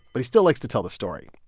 but he still likes to tell the story.